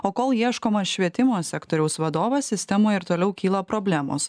o kol ieškoma švietimo sektoriaus vadovo sistemoj ir toliau kyla problemos